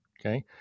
okay